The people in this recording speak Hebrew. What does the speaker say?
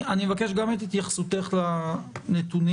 אני אבקש גם את התייחסותך לנתונים.